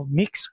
mix